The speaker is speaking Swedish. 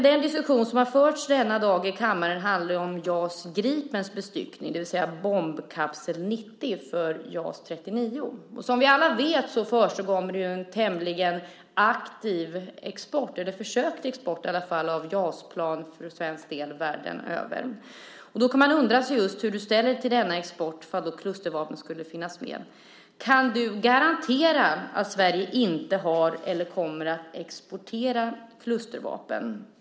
Den diskussion som i dag förs i kammaren handlar ju om JAS 39 Gripens bestyckning, det vill säga bombkapsel 90. Som vi alla vet förekommer det en tämligen aktiv export, eller åtminstone försök till export, av JAS-plan världen över. Då kan man undra hur du ställer dig till den exporten ifall klustervapen finns med. Kan du garantera att Sverige inte har eller kommer att exportera klustervapen?